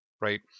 right